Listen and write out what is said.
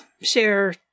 share